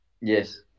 Yes